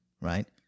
right